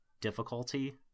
difficulty